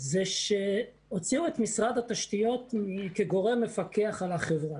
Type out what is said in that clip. שהוציאו את משרד התשתיות כגורם מפקח על החברה.